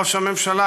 ראש הממשלה,